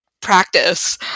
practice